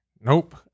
Nope